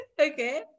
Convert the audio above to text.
Okay